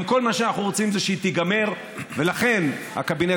גם כל מה שאנחנו רוצים זה שהיא תיגמר,